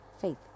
faith